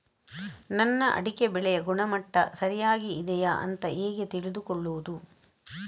ನನ್ನ ಅಡಿಕೆ ಬೆಳೆಯ ಗುಣಮಟ್ಟ ಸರಿಯಾಗಿ ಇದೆಯಾ ಅಂತ ಹೇಗೆ ತಿಳಿದುಕೊಳ್ಳುವುದು?